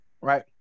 right